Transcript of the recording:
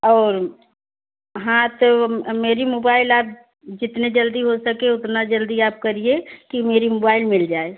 और हाँ तो मेरी मुबाइल आप जितनी जल्दी हो सके उतना जल्दी आप करिए कि मेरी मुबाइल मिल जाए